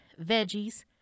veggies